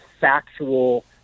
factual